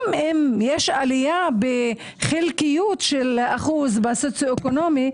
גם אם יש עלייה בחלקיות של אחוז בסוציו-אקונומי,